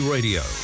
Radio